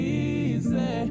easy